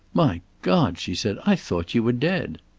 my god! she said. i thought you were dead!